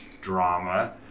drama